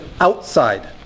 outside